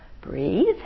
breathe